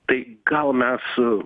tai gal mes